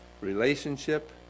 Relationship